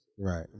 Right